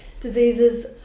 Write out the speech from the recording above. diseases